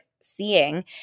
seeing